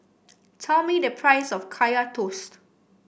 tell me the price of Kaya Toast